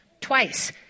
Twice